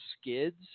skids